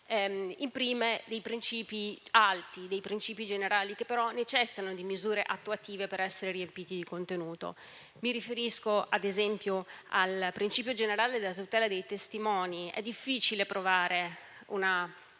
imprime dei principi generali alti che però necessitano di misure attuative per essere riempiti di contenuto. Mi riferisco, ad esempio, al principio generale della tutela dei testimoni; è difficile provare una